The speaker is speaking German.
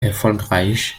erfolgreich